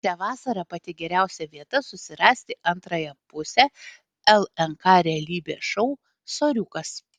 šią vasarą pati geriausia vieta susirasti antrąją pusę lnk realybės šou soriukas